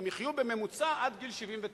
הם יחיו בממוצע עד גיל 79,